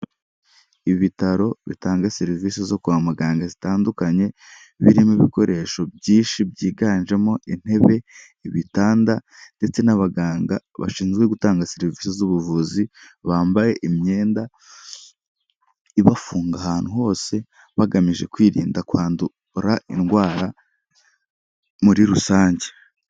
Ibitaro bitanga serivisi zo kwa muganga zitandukanye birimo ibikoresho byinshi byiganjemo intebe, ibitanda ndetse n'abaganga bashinzwe gutanga serivisi z'ubuvuzi, bambaye imyenda ibafunga ahantu hose bagamije kwirinda kwandura indwara muri rusange.